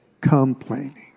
Complaining